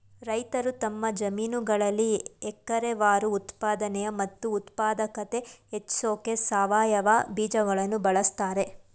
ರೈತರು ತಮ್ಮ ಜಮೀನುಗಳಲ್ಲಿ ಎಕರೆವಾರು ಉತ್ಪಾದನೆ ಮತ್ತು ಉತ್ಪಾದಕತೆ ಹೆಚ್ಸೋಕೆ ಸಾವಯವ ಬೀಜಗಳನ್ನು ಬಳಸ್ತಾರೆ